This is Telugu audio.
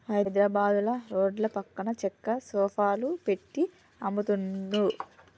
హైద్రాబాదుల రోడ్ల పక్కన చెక్క సోఫాలు పెట్టి అమ్ముతున్లు